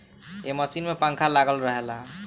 ए machine में पंखा लागल रहेला